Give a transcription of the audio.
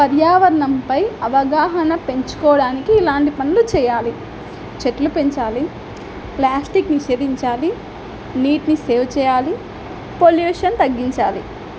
పర్యావరణంపై అవగాహన పెంచుకోవడానికి ఇలాంటి పనులు చెయ్యాలి చెట్లు పెంచాలి ప్లాస్టిక్ నిషేధించాలి నీటిని సేవ్ చెయ్యాలి పొల్యూషన్ తగ్గించాలి